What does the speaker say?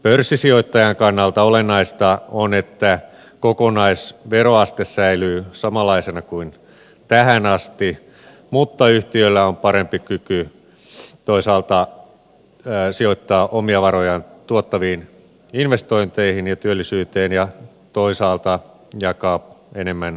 pörssisijoittajan kannalta olennaista on että kokonaisveroaste säilyy samanlaisena kuin tähän asti mutta yhtiöllä on parempi kyky toisaalta sijoittaa omia varojaan tuottaviin investointeihin ja työllisyyteen ja toisaalta jakaa enemmän osinkoa